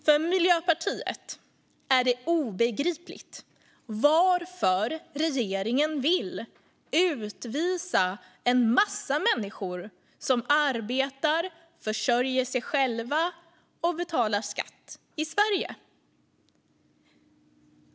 För Miljöpartiet är det obegripligt att regeringen vill utvisa en massa människor som arbetar, försörjer sig själva och betalar skatt i Sverige.